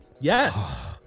yes